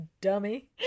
dummy